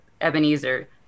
ebenezer